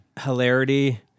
hilarity